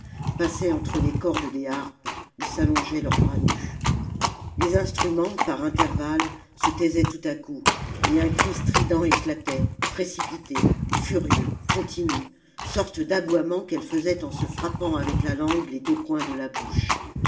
passaient entre les cordes des harpes oij s'allongeaient leurs bras nus les instruments par intervalles se taisaient tout à coup et un cri strident éclatait précipité furieux continu sorte d'aboiement qu'elles faisaient en se frappant avec la langue les deux coins de la bouche